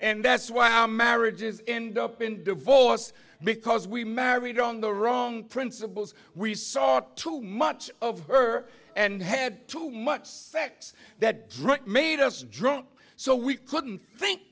and that's why our marriages end up in divorce because we married on the wrong principles we saw too much of her and had too much sex that drank made us drunk so we couldn't think